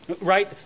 right